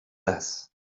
less